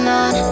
on